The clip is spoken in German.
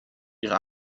ihre